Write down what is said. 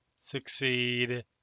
Succeed